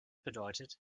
bedeutet